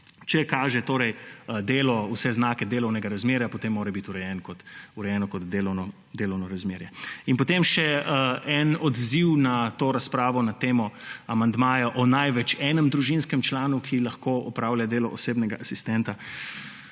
Če kaže delo vse znake delovnega razmerja, potem mora biti urejeno kot delovno razmerje. In potem še en odziv na to razpravo na temo amandmaja o največ enem družinskem članu, ki lahko opravlja delo osebnega asistenta.